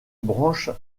branche